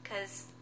Cause